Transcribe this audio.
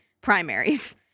primaries